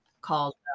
called